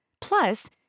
Plus